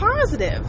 positive